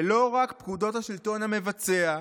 ולא רק פקודות השלטון המבצע,